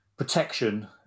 protection